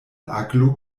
aglo